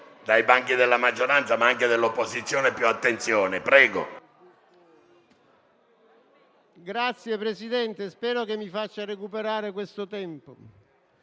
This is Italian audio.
ringrazio, Presidente, spero che mi faccia recuperare questo tempo.